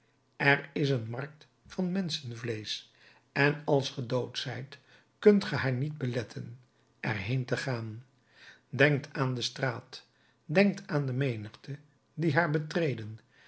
er is een markt van menschenvleesch en als ge dood zijt kunt ge haar niet beletten er heen te gaan denkt aan de straat denkt aan de menigte die haar betreden